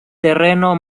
terreno